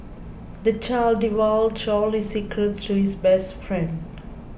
the child divulged all his secrets to his best friend